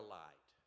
light